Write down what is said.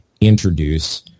introduce